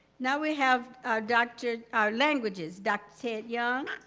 now we have our dr our languages, dr. ted young.